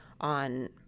on